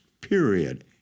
period